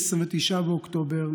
29 באוקטובר,